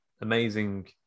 amazing